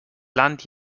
land